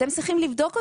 אתם צריכים לבדוק אותם.